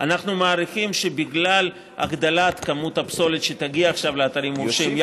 אנחנו מעריכים שבגלל הגדלת כמות הפסולת שתגיע עכשיו לאתרים המורשים,